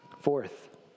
Fourth